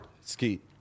Skeet